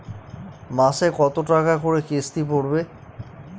মাসে কত টাকা করে কিস্তি পড়বে?